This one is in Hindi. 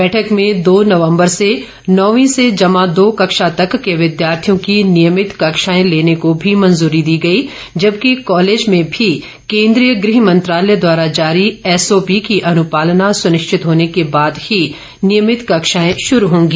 बैठक में दो नवम्बर से नवीं से जमा दो कक्षा तक के विद्यार्थियों की नियमित कक्षाएं लेने को भी मंजूरी दी गई जबकि कॉलेजों में भी केंद्रीय गृह मंत्रालय द्वारा जारी एसओपी की अनुपालना सुनिश्चित होने के बाद ही नियमित कक्षाएं शुरू होंगी